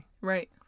right